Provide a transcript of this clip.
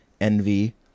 Envy